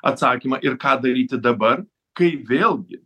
atsakymą ir ką daryti dabar kai vėlgi